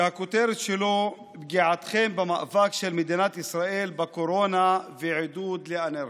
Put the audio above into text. שהכותרת שלו: פגיעתכם במאבק של מדינת ישראל בקורונה ועידוד לאנרכיה.